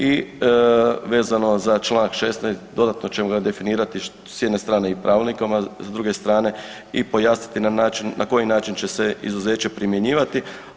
I vezano za Članak 16. dodatno ćemo ga definirati s jedne strane i pravilnikom, a s druge strane i pojasniti na koji način će se izuzeće primjenjivati.